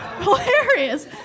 hilarious